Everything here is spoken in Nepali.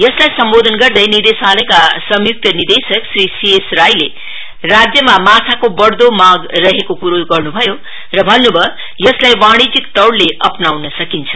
यसलाई सम्बोधन गर्दै निर्देशालयका संयुक्त निर्देशक श्री सी एस राईले राज्यमा माछाको बङ्दो मांग रहेको कुरो गर्नु भयो यसलाई वाणिज्यीक तवरले अपनाउन सकिन्छ